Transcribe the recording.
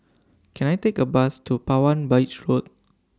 Can I Take A Bus to Palawan Beach Walk